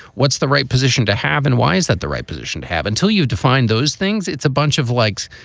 what's the right position to have and why is that the right position to have until you define those things? it's a bunch of likes.